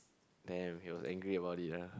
damn he was angry about it lah